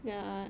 yeah